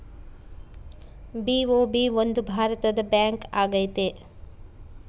BOB ಒಂದು ಭಾರತದ bank ಆಗೈತೆ